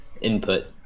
input